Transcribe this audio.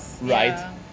right